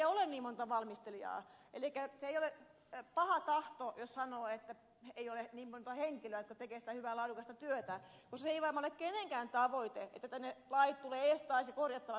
se ei ole pahaa tahtoa jos sanoo että ei ole niin montaa henkilöä jotka tekevät sitä hyvää ja laadukasta työtä koska se ei varmaan ole kenenkään tavoite että tänne lait menevät edestakaisin ja tulevat korjattavaksi koko ajan